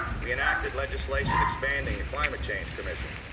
we enacted legislation expanding climate change commission.